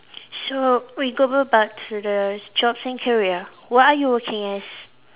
so we go about to the jobs and career what are you working as